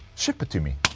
ship it to me,